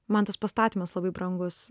man tas pastatymas labai brangus